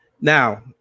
Now